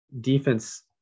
defense